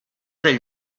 del